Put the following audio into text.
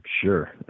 sure